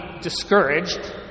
discouraged